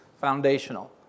foundational